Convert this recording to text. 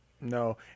No